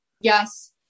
yes